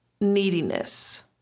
neediness